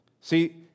See